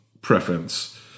preference